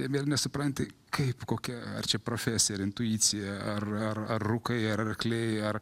ir vėl nesupranti kaip kokia ar čia profesija ar intuicija ar ar ar rūkai ar akliai ar